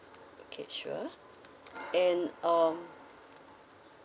okay sure and um